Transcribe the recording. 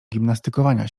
gimnastykowania